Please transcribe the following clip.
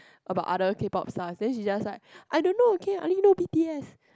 about other K-pop lah then she just like I don't know okay I only know B_T_S